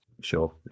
Sure